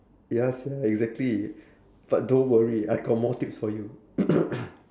ya sia exactly but don't worry I got more tips for you